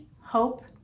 hope